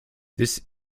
this